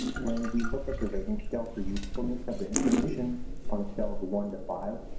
when we look at the rating scale for usefulness of the information on a scale of one to five,